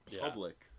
public